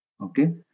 okay